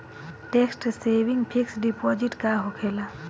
Tax saving fix deposit का होखे ला?